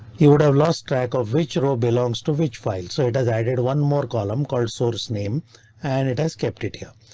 he would have lost track of which row belongs to which file, so it has added one more column called source name and it has kept it here.